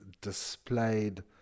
displayed